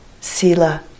Sila